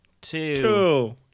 two